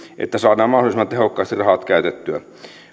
että saadaan mahdollisimman tehokkaasti rahat käytettyä